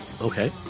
okay